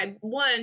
One